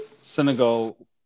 Senegal